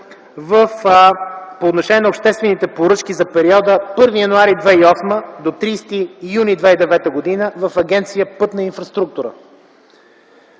по отношение на обществените поръчки за периода 1 януари 2008 г. до 30 юни 2009 г. в Агенция „Пътна инфраструктура”,